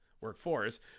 workforce